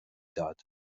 داد